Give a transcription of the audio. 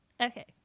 Okay